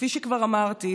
כפי שכבר אמרתי,